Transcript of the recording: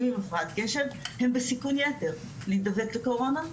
עם הפרעת קשב הם בסיכון יתר להדבק בקורונה,